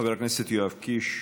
חבר הכנסת קיש,